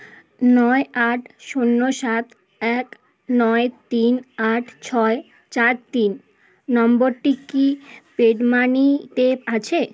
নয় আট শূন্য সাত এক নয় তিন আট ছয় চার তিন নম্বরটি কি পেডমানিতে আছে